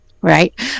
Right